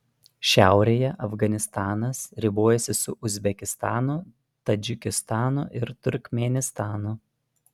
šiaurėje afganistanas ribojasi su uzbekistanu tadžikistanu ir turkmėnistanu